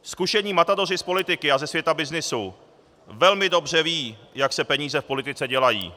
Zkušení matadoři z politiky a ze světa byznysu velmi dobře vědí, jak se peníze v politice dělají.